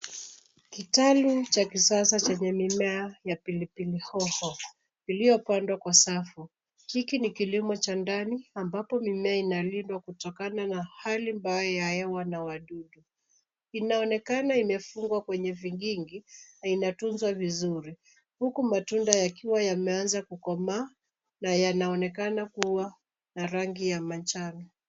Kitalu cha kisasa chenye mimea ya pilipili hoho iliyopandwa kwa safu. Hiki ni kilimo cha ndani ambapo mimea inalindwa kutokana na hali mbaya ya hewa na wadudu. Inaonekana imefungwa kwenye vikingi na inatunzwa vizuri huku matunda yakiwa yameanza kukomaa na yanaonekana kuwa na rangi ya manjano.